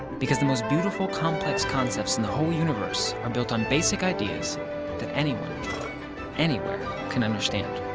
because the most beautiful, complex concepts in the whole universe are built on basic ideas that anyone anywhere can understand.